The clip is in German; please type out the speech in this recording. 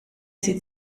sie